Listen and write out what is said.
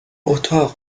اتاق